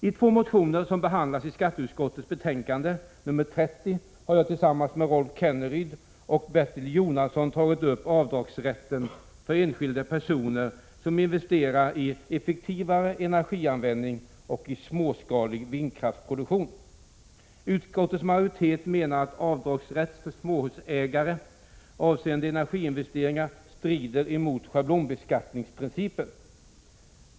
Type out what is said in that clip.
I två motioner som behandlas i skatteutskottets betänkande nr 30 har jag tillsammans med Rolf Kenneryd och Bertil Jonasson tagit upp avdragsrätten för enskilda personer som investerar i effektivare energianvändning och i småskalig vindkraftsproduktion. Utskottets majoritet menar att avdragsrätt för småhusägare avseende energiinvesteringar strider mot schablonbeskatt ningsprincipen.